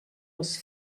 als